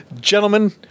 Gentlemen